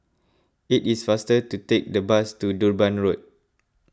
it is faster to take the bus to Durban Road